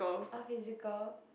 all physical